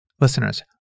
Listeners